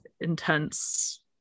intense